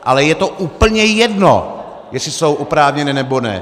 Ale je to úplně jedno, jestli jsou oprávněné, nebo ne.